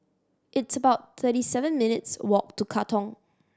it's about thirty seven minutes' walk to Katong